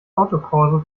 autokorso